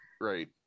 right